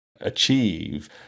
achieve